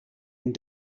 and